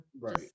right